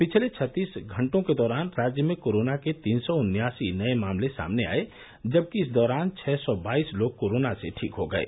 पिछले छत्तीस घंटों के दौरान राज्य में कोरोना के तीन सौ उन्यासी नये मामले सामने आये जबकि इस दौरान छः सौ बाईस लोग कोरोना से ठीक हो गये